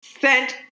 sent